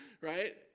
right